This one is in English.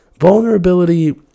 vulnerability